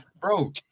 bro